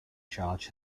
charge